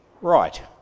right